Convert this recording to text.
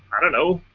i don't know.